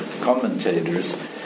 commentators